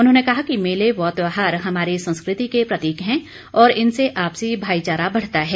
उन्होंने कहा कि मेले व त्योहार हमारी संस्कृति के प्रतीक हैं और इनसे आपसी भाईचारा बढ़ता है